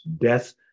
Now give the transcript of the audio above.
death